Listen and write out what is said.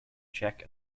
czech